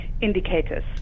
indicators